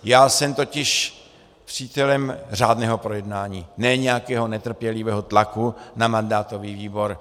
Já jsem totiž přítelem řádného projednání, ne nějakého netrpělivého tlaku na mandátový výbor.